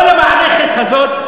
לא במערכת הזאת,